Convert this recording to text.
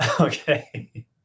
Okay